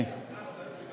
אחת הסוגיות המרכזיות